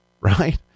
right